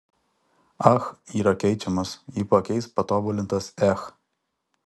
ach yra keičiamas jį pakeis patobulintas ech